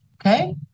Okay